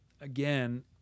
again